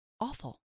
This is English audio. awful